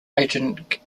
agent